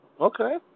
Okay